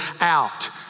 out